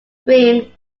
stream